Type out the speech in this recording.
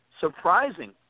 Surprising